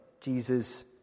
Jesus